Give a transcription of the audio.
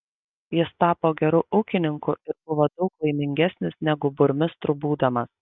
jis tapo geru ūkininku ir buvo daug laimingesnis negu burmistru būdamas